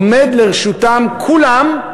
עומדים לרשותם, כולם,